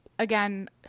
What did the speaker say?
again